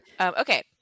Okay